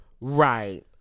Right